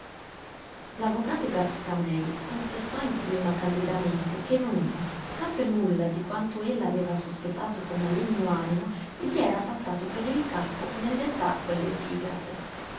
aspra l'avvocato gàttica-mei confessò in prima candidamente che nulla proprio nulla di quanto ella aveva sospettato con maligno animo gli era passato per il capo nel dettar quell'epigrafe